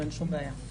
אין שום בעיה.